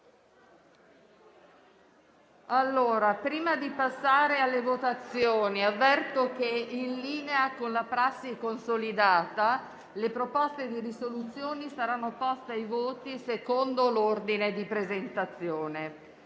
Prima di passare alle votazioni, avverto che, in linea con una prassi consolidata, le proposte di risoluzione saranno poste ai voti secondo l'ordine di presentazione.